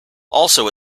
also